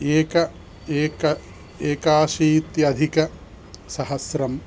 एक एक एकाशीत्यधिक सहस्रम्